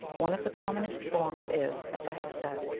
one of the commonest forms is, as i have said,